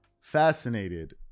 fascinated